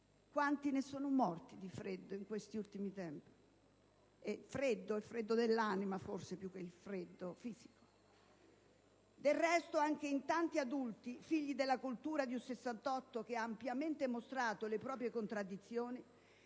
quanti sono morti di freddo in questi ultimi tempi,